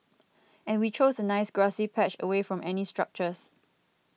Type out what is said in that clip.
and we chose a nice grassy patch away from any structures